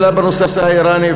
אלא בנושא האיראני,